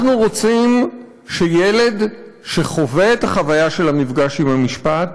אנחנו רוצים שילד שחווה את החוויה של המפגש עם המשפט